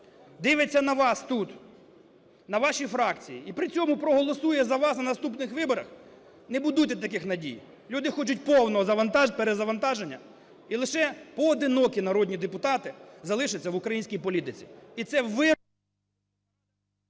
дивиться на вас тут, на ваші фракції і при цьому проголосує за вас на наступних виборах, не будуйте таких надій. Люди хочуть повного перезавантаження. І лише поодинокі народні депутати залишаться в українській політиці.